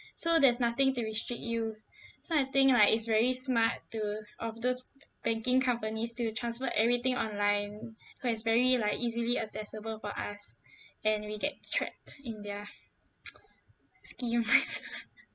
so there's nothing to restrict you so I think like it's very smart to of those banking companies to transfer everything online so it's very like easily accessible for us and we get trapped in their scheme